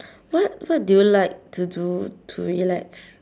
what what do you like to do to relax